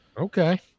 Okay